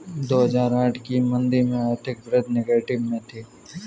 दो हजार आठ की मंदी में आर्थिक वृद्धि नेगेटिव में थी